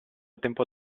tempo